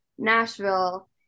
Nashville